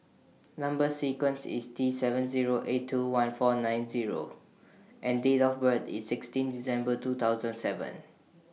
Number sequence IS T seven Zero eight two one four nine Zero and Date of birth IS sixteen December two thousand seven